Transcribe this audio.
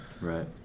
right